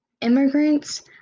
Immigrants